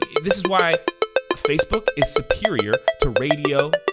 this is why facebook is superior to radio,